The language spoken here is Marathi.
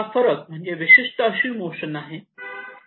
आणि हा फरक म्हणजे विशिष्ट अशी मोशन आहे